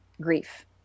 grief